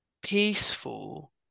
peaceful